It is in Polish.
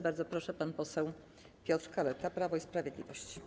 Bardzo proszę, pan poseł Piotr Kaleta, Prawo i Sprawiedliwość.